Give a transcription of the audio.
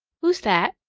who's that?